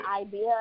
idea